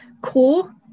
core